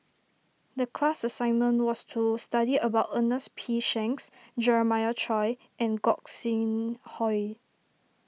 the class assignment was to study about Ernest P Shanks Jeremiah Choy and Gog Sing Hooi